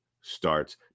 starts